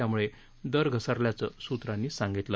त्यामुळे दर घसरल्याचं सूत्रांनी सांगितलं